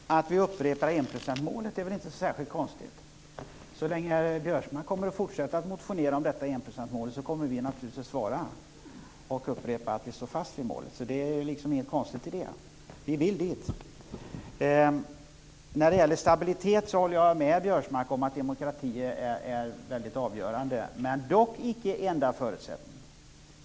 Herr talman! Att vi upprepar enprocentsmålet är inte så särskilt konstigt. Så länge Biörsmark kommer att fortsätta att motionera om detta enprocentsmål kommer vi naturligtvis att upprepa att vi står fast vid det målet. Det är inget konstigt i det. Vi vill dit. När det gäller stabilitet håller jag med Biörsmark om att demokrati är väldigt avgörande, dock inte den enda förutsättningen.